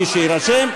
מי שיירשם,